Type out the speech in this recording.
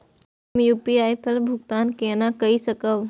हम यू.पी.आई पर भुगतान केना कई सकब?